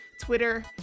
Twitter